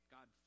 God